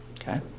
Okay